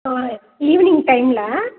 ஆ evening டைமில்